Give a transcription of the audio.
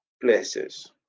places